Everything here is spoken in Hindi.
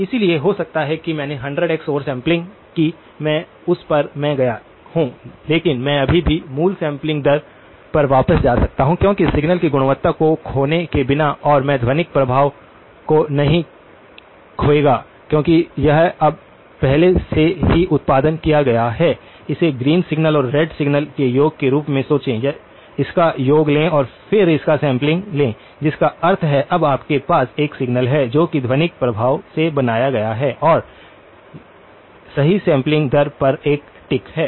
इसलिए हो सकता है कि मैंने 100x ओवर सैंपलिंग की है उस पर मैं गया हो लेकिन मैं अभी भी मूल सैंपलिंग दर पर वापस जा सकता हूं क्योंकि सिग्नल की गुणवत्ता को खोने के बिना और मैं ध्वनिक प्रभाव को नहीं खोएगा क्योंकि यह अब पहले से ही उत्पादन किया गया है इसे ग्रीन सिग्नल और रेड सिग्नल के योग के रूप में सोचें इसका योग लें और फिर इसका सैंपलिंग लें जिसका अर्थ है अब आपके पास एक सिग्नल है जो कि ध्वनिक प्रभाव में बनाया गया है और सही सैंपलिंग दर पर एक टिक है